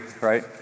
right